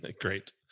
Great